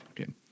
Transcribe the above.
Okay